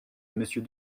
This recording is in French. monsieur